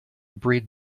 breed